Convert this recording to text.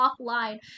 offline